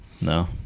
no